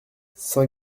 saint